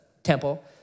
Temple